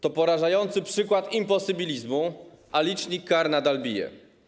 To porażający przykład imposybilizmu, a licznik kar nadal bije.